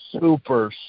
super